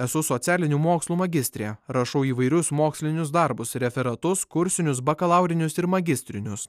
esu socialinių mokslų magistrė rašau įvairius mokslinius darbus referatus kursinius bakalaurinius ir magistrinius